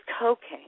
cocaine